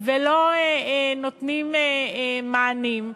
ולא נותנים מענים,